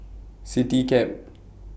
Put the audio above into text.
Citycab